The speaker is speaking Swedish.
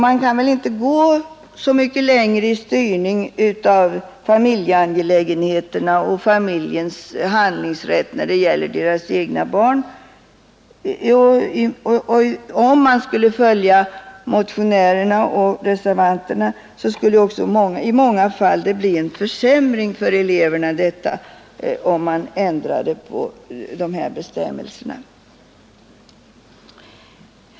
Man kan inte gå mycket längre i styrning av familjeangelägenheterna och familjens handlingsrätt när det gäller dess egna barn. Om man skulle följa motionärerna och reservanterna och ändra på dessa bestämmelser, skulle det i många fall också bli en försämring för eleverna.